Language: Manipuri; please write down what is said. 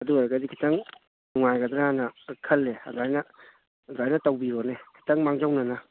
ꯑꯗꯨ ꯑꯣꯏꯔꯒꯗꯤ ꯈꯤꯇꯪ ꯅꯨꯡꯉꯥꯏꯒꯗ꯭ꯔꯥꯅ ꯈꯜꯂꯦ ꯑꯗꯨꯃꯥꯏꯅ ꯑꯗꯨꯃꯥꯏꯅ ꯇꯧꯕꯤꯔꯣꯅꯦ ꯈꯤꯇꯪ ꯃꯥꯡꯖꯧꯅꯅ